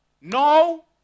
no